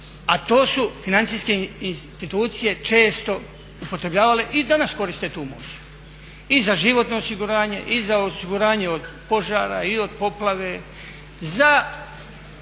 a to su financijske institucije često upotrebljavale i danas koriste tu moć i za životno osiguranje i za osiguranje od požara i od poplave, za